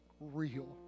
real